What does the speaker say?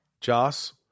Joss